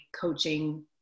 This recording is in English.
coaching